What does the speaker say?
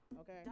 Okay